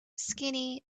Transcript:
skinny